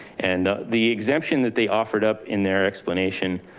and the exemption that they offered up in their explanation